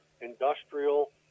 industrial